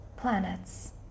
Planets